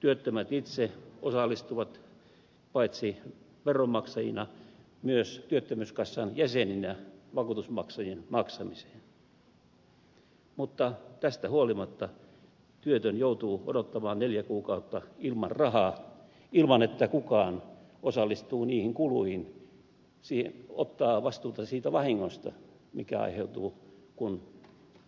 työttömät itse osallistuvat paitsi veronmaksajina myös työttömyyskassan jäseninä vakuutusmaksujen maksamiseen mutta tästä huolimatta työtön joutuu odottamaan neljä kuukautta ilman rahaa ilman että kukaan osallistuu niihin kuluihin ottaa vastuuta siitä vahingosta mikä aiheutuu kun